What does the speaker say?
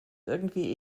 irgendwie